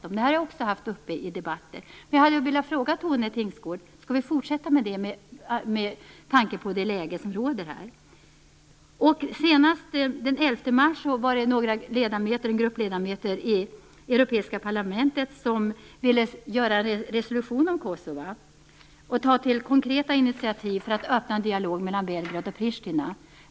Det här har jag också tagit upp i debatter. Jag hade velat fråga Tone Tingsgård om vi skall fortsätta med detta med tanke på det läge som råder. Senast i mars var det en grupp ledamöter i det europeiska parlamentet som ville ha en resolution om Kosova och ta till konkreta initiativ för att öppna en dialog mellan Belgrad och Prishtina.